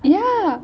ya